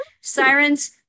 Sirens